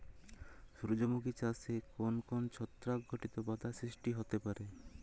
সূর্যমুখী চাষে কোন কোন ছত্রাক ঘটিত বাধা সৃষ্টি হতে পারে?